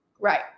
right